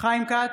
חיים כץ,